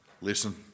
Listen